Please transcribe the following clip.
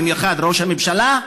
במיוחד ראש הממשלה,